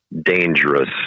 dangerous